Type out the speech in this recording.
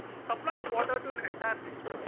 supplying water to an entire city,